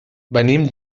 venim